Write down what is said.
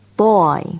boy